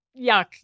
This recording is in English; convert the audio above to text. yuck